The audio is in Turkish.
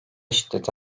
şiddeti